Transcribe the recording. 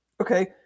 okay